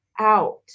out